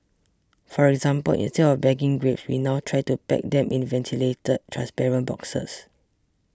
for example instead of bagging grapes we now try to pack them in ventilated transparent boxes